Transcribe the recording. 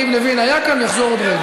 אני מבקש לנהל את הוויכוח בחוץ.